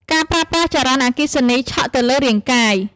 ការប្រើប្រាស់ចរន្តអគ្គិសនីឆក់ទៅលើរាងកាយ។